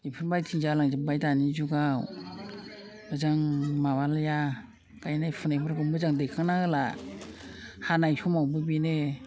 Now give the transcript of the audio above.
इफोरबायदि जालांजोब्बाय दानि जुगाव मोजां माबालिया गायनाय फुनायफोरखौ मोजां दैखांना होला हानाय समावबो बेनो